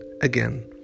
again